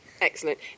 Excellent